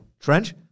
Trench